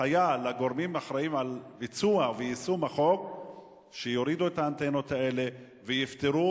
לידי ביטוי בפקקים ובלחצים ובתאונות וכו' וכו'.